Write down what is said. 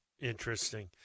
Interesting